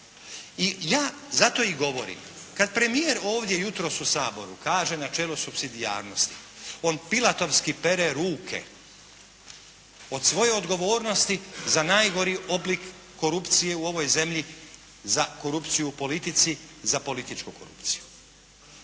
I ja zato i govorim kad premijer ovdje jutros u Saboru kaže načelo supsidijarnosti, on pilatorski pere ruke od svoje odgovornosti za najgori oblik korupcije u ovoj zemlji za korupciju u politici, za političku korupciju.